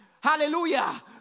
hallelujah